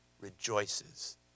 rejoices